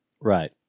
Right